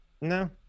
no